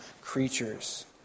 creatures